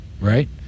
right